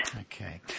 okay